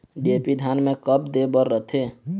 DAP धान मे कब दे बर रथे?